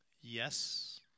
Yes